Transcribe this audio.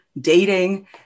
dating